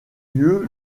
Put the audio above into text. mieux